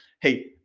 hey